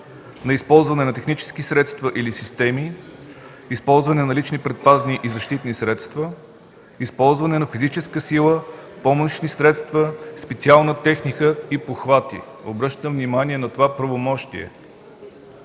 на използване на технически средства или системи, използване на лични предпазни и защитни средства, използване на физическа сила, помощни средства, специална техника и похвати, обръщам внимание на това правомощие,